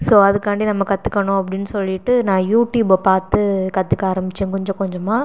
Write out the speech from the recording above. so அதுக்காண்டி நம்ம கற்றுக்கணும் அப்படின்னு சொல்லிவிட்டு நான் யூடியூப்பை பார்த்து கற்றுக்க ஆரமித்தேன் கொஞ்சம் கொஞ்சமாக